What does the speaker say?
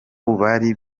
bari